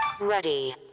Ready